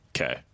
Okay